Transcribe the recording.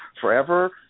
forever